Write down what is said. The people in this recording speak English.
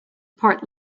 part